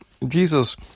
Jesus